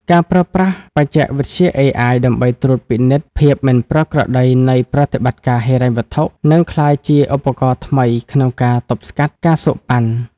ការប្រើប្រាស់បច្ចេកវិទ្យា AI ដើម្បីត្រួតពិនិត្យភាពមិនប្រក្រតីនៃប្រតិបត្តិការហិរញ្ញវត្ថុ នឹងក្លាយជាឧបករណ៍ថ្មីក្នុងការទប់ស្កាត់ ការសូកប៉ាន់។